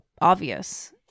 obvious